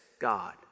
God